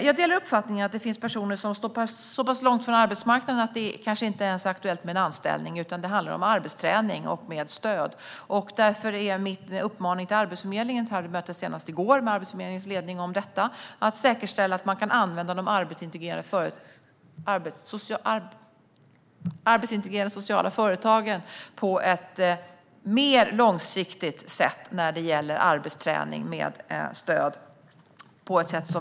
Jag delar uppfattningen att det finns personer som står så pass långt ifrån arbetsmarknaden att det kanske inte ens är aktuellt med en anställning utan i stället handlar om en arbetsträning med stöd. Därför är min uppmaning till Arbetsförmedlingen, vars ledning jag hade möte med senast i går, att säkerställa att man kan använda de arbetsintegrerande sociala företagen på ett mer långsiktigt sätt när det gäller arbetsträning med stöd.